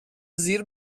زیر